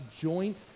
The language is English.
joint